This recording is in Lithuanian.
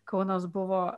kaunas buvo